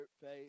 faith